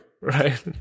right